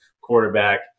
quarterback